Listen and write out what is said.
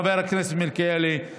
חבר הכנסת מלכיאלי,